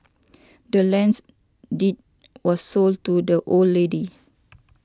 the land's deed was sold to the old lady